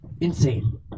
insane